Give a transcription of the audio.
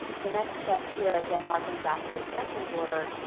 the next step here, again harking back to the executive order,